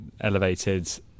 elevated